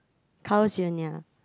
Carl's Junior